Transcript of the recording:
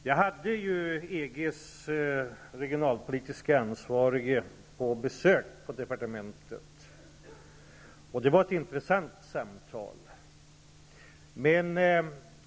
Jag hade EG:s regionalpolitiskt ansvarige på besök på departementet. Vi hade ett intressant samtal.